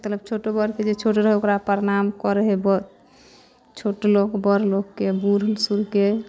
मतलब छोट बड़के जे छोट रहल ओकरा प्रणाम करै हइ बड़ छोट लोक बड़ लोकके बूढ़ सूढ़के